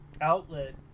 outlet